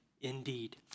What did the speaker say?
indeed